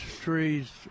trees